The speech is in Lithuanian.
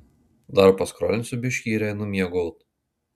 dar paskrolinsiu biškį ir einu miegot